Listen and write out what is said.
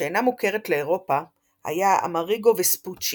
שאינה מוכרת לאירופה היה אמריגו וספוצ'י,